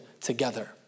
together